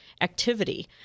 activity